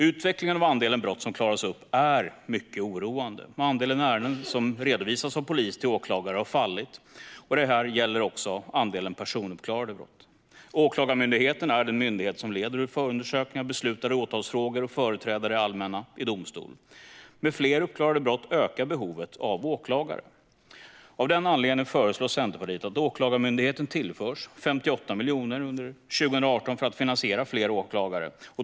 Utvecklingen av andelen brott som klaras upp är mycket oroande. Andelen ärenden som redovisas av polis till åklagare har fallit, och detta gäller även andelen personuppklarade brott. Åklagarmyndigheten är den myndighet som leder förundersökningar, beslutar i åtalsfrågor och företräder det allmänna i domstol. Med fler uppklarade brott ökar behovet av åklagare. Av den anledningen föreslår Centerpartiet att Åklagarmyndigheten tillförs 58 miljoner år 2018 för att finansiera fler åklagare.